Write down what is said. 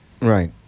Right